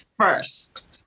first